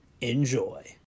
enjoy